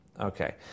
Okay